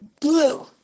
Blue